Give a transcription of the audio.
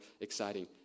exciting